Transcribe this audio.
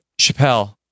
Chappelle